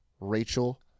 Rachel